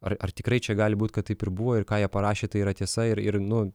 ar ar tikrai čia gali būt kad taip ir buvo ir ką jie parašė tai yra tiesa ir ir nu